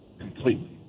completely